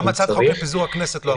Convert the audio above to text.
גם הצעת החוק לפיזור הכנסת לא עברה.